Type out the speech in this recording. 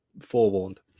forewarned